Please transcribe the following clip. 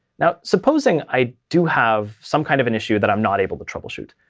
now, supposing i do have some kind of an issue that i'm not able to troubleshoot.